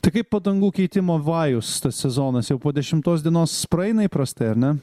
tai kaip padangų keitimo vajus tas sezonas jau po dešimtos dienos praeina įprastai ar ne